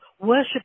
Worship